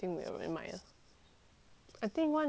I think one reason 我不是 like